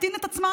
להקטין את עצמה,